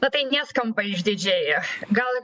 na tai neskamba išdidžiai gal